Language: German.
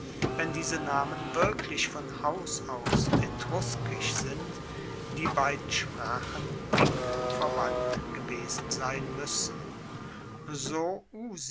wenn diese namen wirklich von haus aus etruskisch sind die beiden sprachen eng verwandt gewesen sein muessen so